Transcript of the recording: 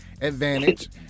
advantage